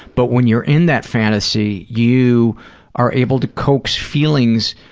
but when you're in that fantasy, you are able to coax feelings